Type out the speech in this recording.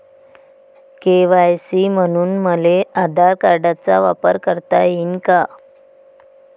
KYC म्हनून मले आधार कार्डाचा वापर करता येईन का?